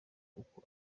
kuko